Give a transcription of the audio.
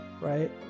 right